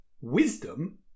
wisdom